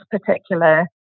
particular